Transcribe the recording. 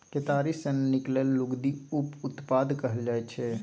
केतारी सँ निकलल लुगदी उप उत्पाद कहल जाइ छै